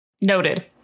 noted